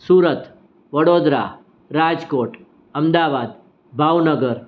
Surat Vadodara Rajkot Ahmedabad Bhavnagar